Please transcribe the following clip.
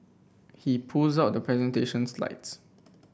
he pulls out the presentation slides